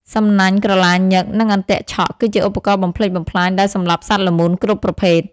សំណាញ់ក្រឡាញឹក និងអន្ទាក់ឆក់ គឺជាឧបករណ៍បំផ្លិចបំផ្លាញដែលសម្លាប់សត្វល្មូនគ្រប់ប្រភេទ។